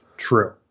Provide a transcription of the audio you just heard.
True